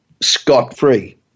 scot-free